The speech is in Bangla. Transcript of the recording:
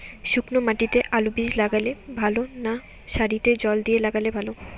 শুক্নো মাটিতে আলুবীজ লাগালে ভালো না সারিতে জল দিয়ে লাগালে ভালো?